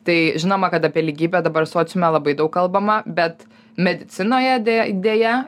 tai žinoma kad apie lygybę dabar sociume labai daug kalbama bet medicinoje deja deja